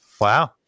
Wow